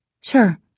Sure